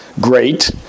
great